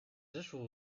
直属